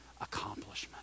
accomplishment